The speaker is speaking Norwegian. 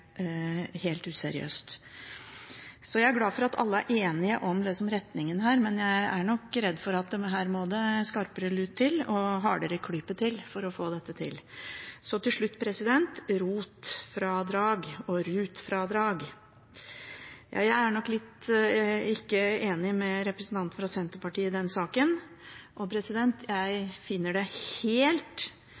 helt useriøst. Så jeg er glad for at alle er enige om retningen her, men jeg er nok redd for at her må det skarpere lut til – hardere klype – for å få dette til. Så til slutt til ROT-fradrag og RUT-fradrag. Jeg er nok ikke enig med representanten fra Senterpartiet i den saken, og jeg finner det helt